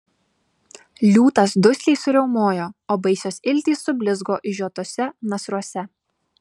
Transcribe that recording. liūtas dusliai suriaumojo o baisios iltys sublizgo išžiotuose nasruose